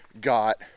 got